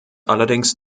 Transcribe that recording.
allerdings